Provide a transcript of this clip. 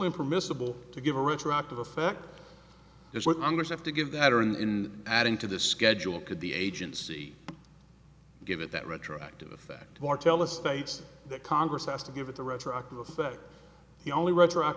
in permissible to give a retroactive effect is what i'm going to have to give that are in adding to the schedule could the agency given that retroactive effect martellus states that congress has to give it a retroactive effect the only restaurant